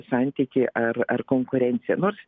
santykį ar ar konkurenciją nors